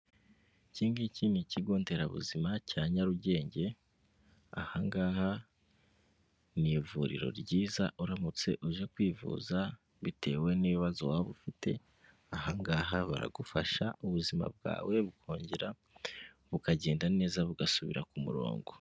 Ikingiki ni ikigo nderabuzima cya Nyarugenge, ahangaha ni ivuriro ryiza uramutse uje kwivuza bitewe n'ibibazo waba ufite ahangaha baragufasha ubuzima bwawe bukongera bukagenda neza bugasubira ku murongo.